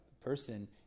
person